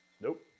Nope